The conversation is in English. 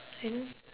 I don't have